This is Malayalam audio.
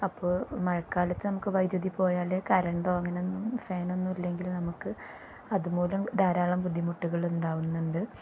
അപ്പോൾ മഴക്കാലത്ത് നമുക്ക് വൈദ്യുതി പോയാലേ കരണ്ടോ അങ്ങനൊന്നും ഫാനൊന്നും ഇല്ലെങ്കിൽ നമുക്ക് അതുമൂലം ധാരാളം ബുദ്ധിമുട്ടുകൾ ഉണ്ടാവുന്നുണ്ട്